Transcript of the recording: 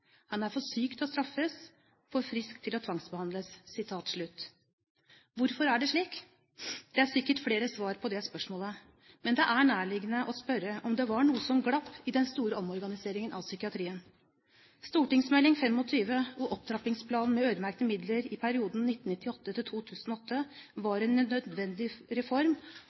Han er for syk til å straffes – for frisk til å tvangsbehandles» Hvorfor er det slik? Det er sikkert flere svar på det spørsmålet, men det er nærliggende å spørre om det var noe som glapp i den store omorganiseringen av psykiatrien. St. meld. nr. 25 for 1996–1997 og Opptrappingsplanen med øremerkede midler i perioden 1998–2008 var en nødvendig reform